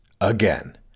Again